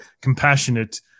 compassionate